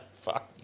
Fuck